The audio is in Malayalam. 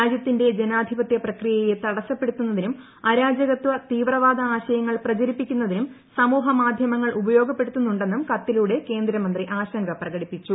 രാജ്യത്തിന്റെ ജനാധിപത്യ പ്രക്രിയയെ തടസ്സപ്പെടുത്തുന്നതിനും അരാജകത്വ തീവ്രവാദ ആശയങ്ങൾ പ്രചരിപ്പിക്കുന്നതിനും സമൂഹ മാധ്യമങ്ങൾ ഉപയോഗപ്പെടുത്തുന്നുണ്ടെന്നും കത്തിലൂടെ കേന്ദ്രമന്ത്രി ആശങ്ക പ്രകടിപ്പിച്ചു